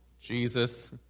Jesus